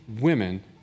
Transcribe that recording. women